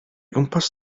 gwmpas